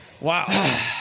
Wow